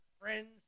friends